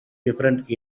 different